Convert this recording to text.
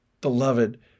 beloved